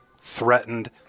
threatened